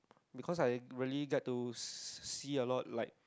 because I really get to see a lot like